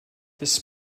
this